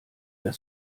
der